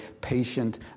patient